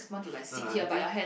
no lah I think